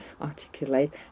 articulate